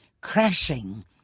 crashing